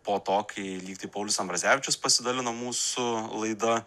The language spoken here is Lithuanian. po to kai lygtai paulius ambrazevičius pasidalino mūsų laida